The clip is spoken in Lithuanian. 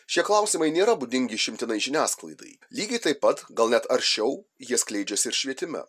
šie klausimai nėra būdingi išimtinai žiniasklaidai lygiai taip pat gal net aršiau jie skleidžiasi ir švietime